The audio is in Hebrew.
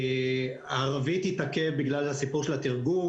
הערבית התעכב בגלל הסיפור של התרגום,